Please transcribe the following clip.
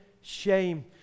shame